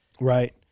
Right